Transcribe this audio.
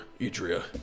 Idria